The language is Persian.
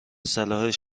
صلاح